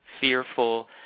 fearful